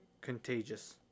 contagious